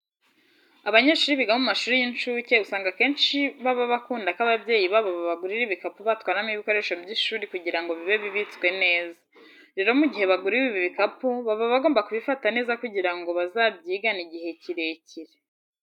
Abanyeshuri biga mu mashuri y'incuke usanga akenshi baba bakunda ko ababyeyi babo babagurira ibikapu batwaramo ibikoresho by'ishuri kugira ngo bibe bibitswe neza. Rero mu gihe baguriwe ibi bikapu baba bagomba kubifata neza kugira ngo bazabyigane igihe kirekire.